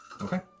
Okay